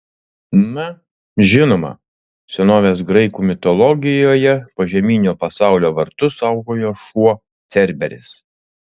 na žinoma senovės graikų mitologijoje požeminio pasaulio vartus saugojo šuo cerberis